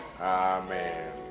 Amen